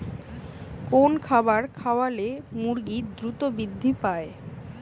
কোন খাবার খাওয়ালে মুরগি দ্রুত বৃদ্ধি পায়?